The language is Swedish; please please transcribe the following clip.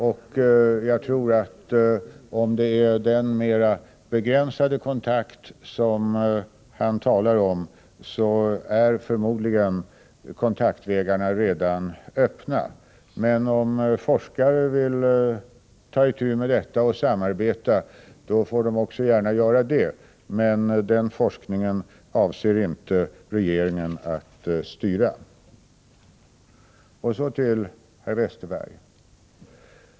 Om det gäller den mer begränsade kontakt som han talar om är kontaktvägarna förmodligen redan öppna. Och om forskare vill samarbeta, får de gärna göra det. Den forskningen avser emellertid inte regeringen att styra. Och så till Bengt Westerberg.